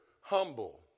humble